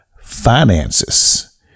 finances